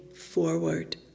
forward